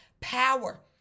power